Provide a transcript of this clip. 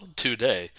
today